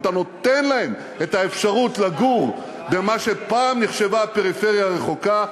אבל אתה נותן להם את האפשרות לגור במה שפעם נחשבה פריפריה רחוקה,